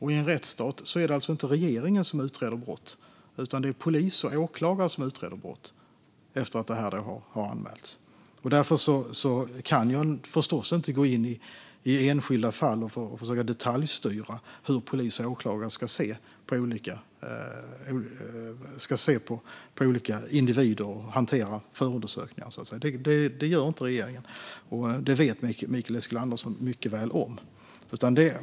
I en rättsstat är det inte regeringen som utreder brott, utan det är polis och åklagare som utreder brott efter att det har anmälts. Därför kan jag förstås inte gå in i enskilda fall och försöka detaljstyra hur polis och åklagare ska se på olika individer och hantera förundersökningar. Det gör inte regeringen, och det vet Mikael Eskilandersson mycket väl om.